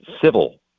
civil